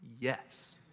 Yes